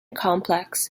complex